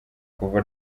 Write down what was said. kuva